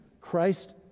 Christ